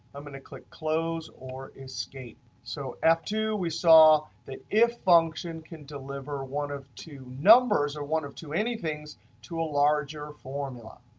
i'm going to click close or escape. so f two, we saw the if function can deliver one of two numbers or one of two anythings to a larger formula.